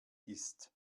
ist